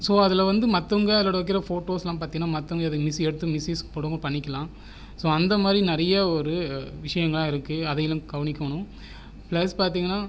so அதில் வந்து மற்றவுங்க அதில் வைக்கிற போட்டோஸ்செல்லாம் பார்த்தீனா மற்றவுங்க அதை ஈஸியாக எடுத்து மிஸ்யூஸ் போட்டுறவும் பண்ணிக்கலாம் ஸோ அந்த மாதிரி நிறைய ஒரு விஷயங்களெல்லாம் இருக்குது அதையும் நம்ம கவனிக்கணும் ப்ளஸ் பார்த்தீங்கனா